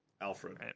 Alfred